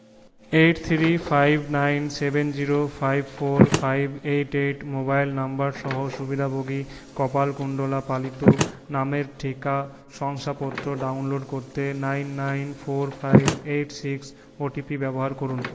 eight three five nine seven zero five four five eight eight mobile number সহ সুবিধাভোগী কপালকুণ্ডলা পালিত নামের টিকা শংসাপত্র ডাউনলোড করতে nine nine four five eight six OTP ব্যবহার করুন